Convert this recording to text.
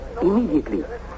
immediately